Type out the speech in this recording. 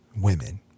women